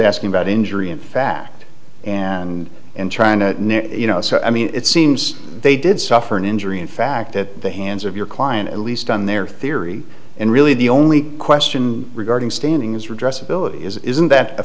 asking about injury in fact and and trying to you know so i mean it seems they did suffer an injury in fact that the hands of your client at least on their theory and really the only question regarding standing is redress ability isn't that a